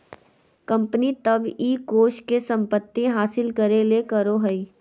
company तब इ कोष के संपत्ति हासिल करे ले करो हइ